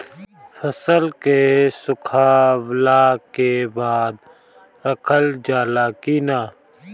फसल के सुखावला के बाद रखल जाला कि न?